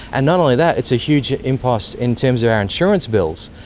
and not only that, it's a huge impost in terms of our insurance bills.